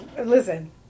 listen